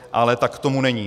Ale tak tomu není.